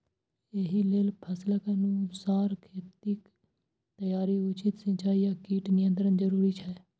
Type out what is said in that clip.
एहि लेल फसलक अनुसार खेतक तैयारी, उचित सिंचाई आ कीट नियंत्रण जरूरी छै